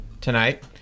tonight